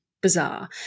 bizarre